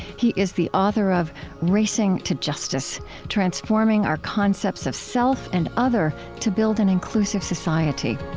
he is the author of racing to justice transforming our concepts of self and other to build an inclusive society